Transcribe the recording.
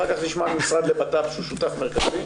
אחר כך נשמע מהמשרד לבט"פ שהוא שותף מרכזי,